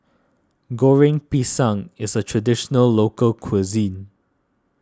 Goreng Pisang is a Traditional Local Cuisine